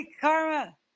karma